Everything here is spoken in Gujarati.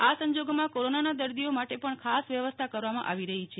આ સંજોગોમાં કોરોનાના દર્દીઓ માટે પણ ખાસ વ્યવસ્થા કરવામાં આવી રહી છે